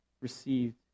received